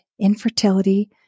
infertility